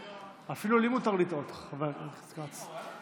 אפילו לי מותר לטעות, חבר הכנסת כץ.